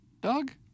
Doug